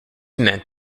meant